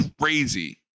crazy